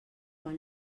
quan